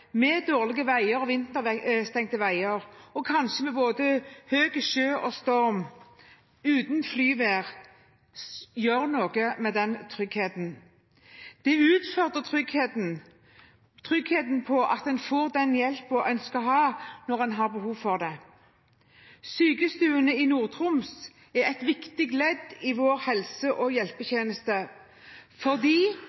med dårlige veier, med vinterstengte veier, med dårlig vær – kanskje med både høy sjø og storm, uten flyvær – gjør noe med denne tryggheten. Dette utfordrer tryggheten om at en får den hjelpen en skal ha, når en har behov for det. Sykestuene i Nord-Troms er et viktig ledd i vår helse- og hjelpetjeneste, fordi